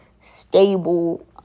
stable